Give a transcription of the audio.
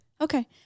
Okay